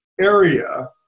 area